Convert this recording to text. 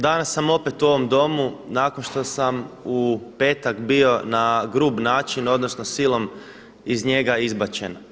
Danas opet u ovom Domu nakon što sam u petak bio na grub način, odnosno silom iz njega izbačen.